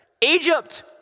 Egypt